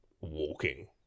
walking